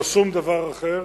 לא שום דבר אחר,